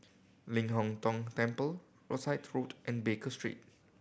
Ling Hong Tong Temple Rosyth Road and Baker Street